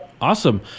Awesome